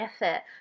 effort